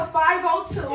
502